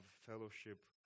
fellowship